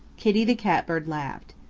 kitty the catbird laughed.